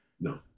No